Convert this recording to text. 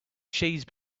cheese